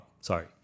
sorry